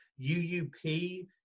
UUP